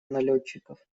налетчиков